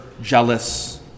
jealous